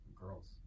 girls